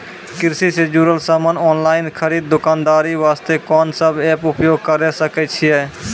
कृषि से जुड़ल समान ऑनलाइन खरीद दुकानदारी वास्ते कोंन सब एप्प उपयोग करें सकय छियै?